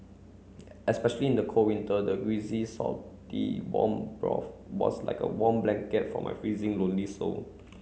especially in the cold winter the greasy salty warm broth was like a warm blanket for my freezing lonely soul